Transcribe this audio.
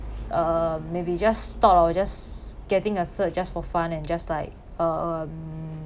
uh maybe just thought of just getting a cert just for fun and just like um